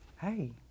hey